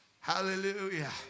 Hallelujah